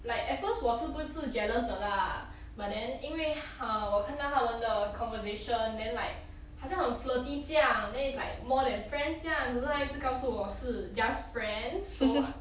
like at first 我是不是 jealous 的 lah but then 因为 err 我看到他们的 conversation then like 好像 flirty 这样 then it's like more than friends 酱可是他一直告诉我是 just friends so